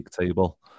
table